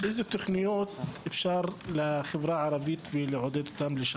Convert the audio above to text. איזה תכניות יש לחברה הערבית כדי לעודד אותם?